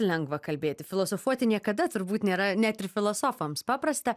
lengva kalbėti filosofuoti niekada turbūt nėra net ir filosofams paprasta